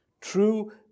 True